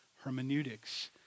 hermeneutics